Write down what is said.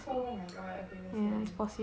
oh my god okay that's scary